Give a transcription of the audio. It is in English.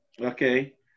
Okay